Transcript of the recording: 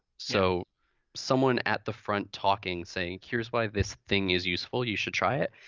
so someone at the front talking saying here's why this thing is useful, you should try it,